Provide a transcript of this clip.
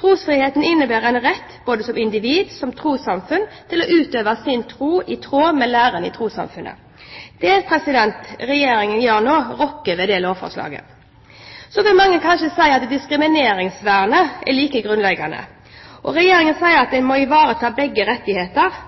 Trosfrihet innebærer en rett både for individ og for trossamfunn til å utøve sin tro i tråd med læren i trossamfunnet. Det er det Regjeringen rokker ved i dette lovforslaget. Så vil mange kanskje si at diskrimineringsvernet er like grunnleggende. Regjeringen sier at en må ivareta begge